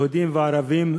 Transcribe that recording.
יהודים וערבים,